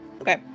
Okay